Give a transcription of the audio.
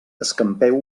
escampeu